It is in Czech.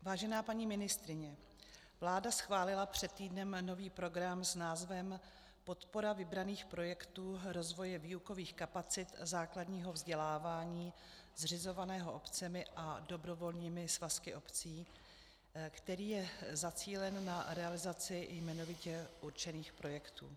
Vážená paní ministryně, vláda schválila před týdnem nový program s názvem Podpora vybraných projektů rozvoje výukových kapacit základního vzdělávání zřizovaného obcemi a dobrovolnými svazky obcí, který je zacílen na realizaci jmenovitě určených projektů.